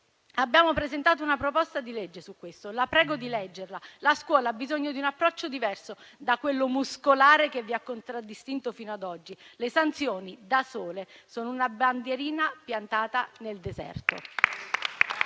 Abbiamo presentato una proposta di legge al riguardo. La prego di leggerla, signor Ministro. La scuola ha bisogno di un approccio diverso da quello muscolare che vi ha contraddistinto fino ad oggi. Le sanzioni, da sole, sono una bandierina piantata nel deserto.